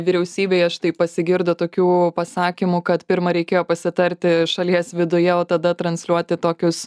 vyriausybėje štai pasigirdo tokių pasakymų kad pirma reikėjo pasitarti šalies viduje o tada transliuoti tokius